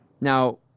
Now